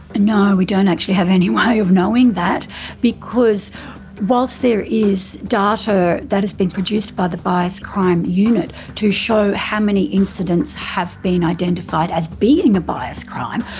and no, we don't actually have any way of knowing that because whilst there is data that has been produced by the bias crime unit to show how many incidents have been identified as being a bias crime,